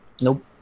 Nope